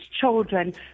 children